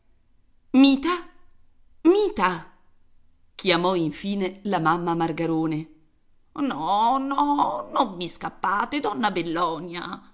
mita mita chiamò infine la mamma margarone no no non mi scappate donna bellonia